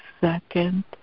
second